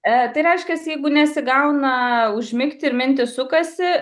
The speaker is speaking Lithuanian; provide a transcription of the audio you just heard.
e tai reiškias jeigu nesigauna užmigt ir mintys sukasi